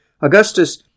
Augustus